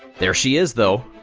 there she is, though,